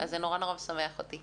אז זה נורא משמח אותי